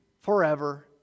forever